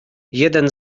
jeden